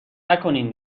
نکنین